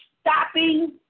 stopping